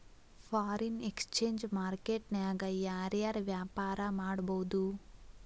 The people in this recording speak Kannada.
ಫಾರಿನ್ ಎಕ್ಸ್ಚೆಂಜ್ ಮಾರ್ಕೆಟ್ ನ್ಯಾಗ ಯಾರ್ ಯಾರ್ ವ್ಯಾಪಾರಾ ಮಾಡ್ಬೊದು?